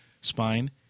Spine